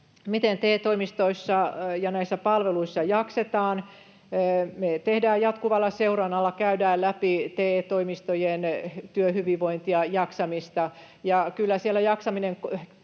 Miten TE-toimistoissa ja näissä palveluissa jaksetaan? Me tehdään jatkuvalla seurannalla, käydään läpi TE-toimistojen työhyvinvointia ja jaksamista,